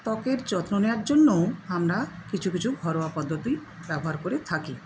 ত্বকের যত্ন নেওয়ার জন্যও আমরা কিছু কিছু ঘরোয়া পদ্ধতি ব্যবহার করে থাকি